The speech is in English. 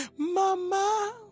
Mama